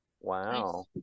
Wow